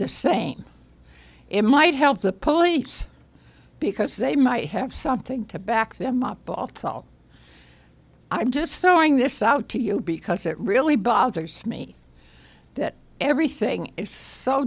the same it might help the police because they might have something to back them up i'm just sewing this out to you because it really bothers me that everything